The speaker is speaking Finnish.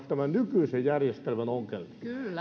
tämän nykyisen järjestelmän ongelmia